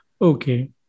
Okay